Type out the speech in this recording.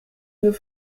nous